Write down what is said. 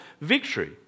victory